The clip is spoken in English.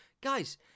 guys